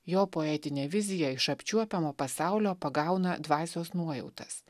jo poetinė vizija iš apčiuopiamo pasaulio pagauna dvasios nuojautas